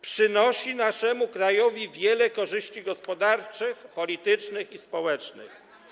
przynosi naszemu krajowi wiele korzyści gospodarczych, politycznych i społecznych.